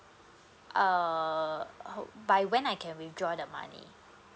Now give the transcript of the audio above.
err by when I can withdraw the money